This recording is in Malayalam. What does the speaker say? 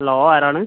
ഹലോ ആരാണ്